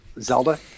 zelda